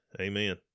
Amen